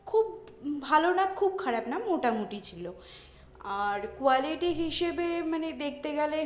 খুব ভালো না খুব খারাপ না মোটামুটি ছিলো আর কোয়ালিটি হিসেবে মানে দেখতে গেলে